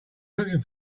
looking